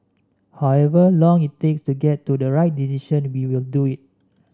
however long it takes to get to the right decision we will do it